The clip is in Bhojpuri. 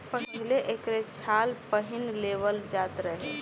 पहिले एकरे छाल पहिन लेवल जात रहे